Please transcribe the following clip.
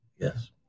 Yes